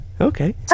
Okay